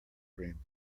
cream